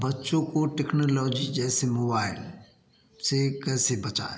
बच्चों को टेक्नलॉजी जैसे मोआइल से कैसे बचाएँ